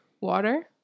Water